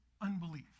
unbelief